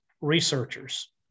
researchers